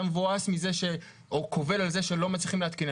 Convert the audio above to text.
אתה קובל על זה שלא מצליחים להתקין.